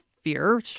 Fear